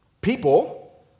People